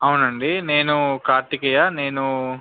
అవునండి నేను కార్తికేయ నేను